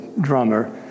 drummer